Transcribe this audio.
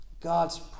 God's